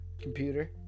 computer